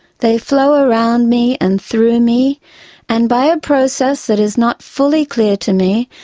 they flow around me and through me and, by a process that is not fully clear to me,